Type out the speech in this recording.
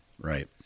Right